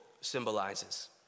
symbolizes